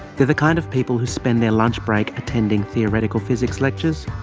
the the kind of people who spend their lunchbreak attending theoretical physics lectures.